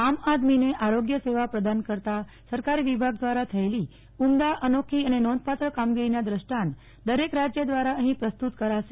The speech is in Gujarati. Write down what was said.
આમ આદમીને આરોગ્ય સેવા પ્રદાન કરતા સરકારી વિભાગ દ્વારા થયેલી ઉમદા અનોખી અને નોધપાત્ર કામગીરીનાં ક્રષ્ટાંત દરેક રાજ્ય દ્વારા અહી પસ્તુત કરાશે